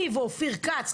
אני ואופיר כץ,